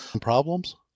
problems